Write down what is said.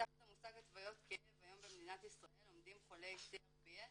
תחת המושג התוויות כאב היום במדינת ישראל עומדים חולי CRPS,